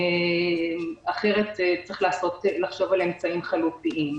אחרת צריך לחשוב על אמצעים חלופיים.